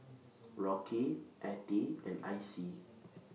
Rocky Attie and Icey